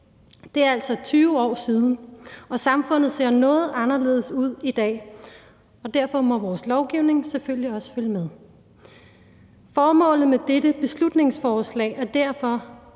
det er altså 20 år siden – og samfundet ser noget anderledes ud i dag. Derfor må vores lovgivning selvfølgelig også følge med. Formålet med dette beslutningsforslag er derfor